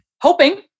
hoping